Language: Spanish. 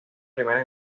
primera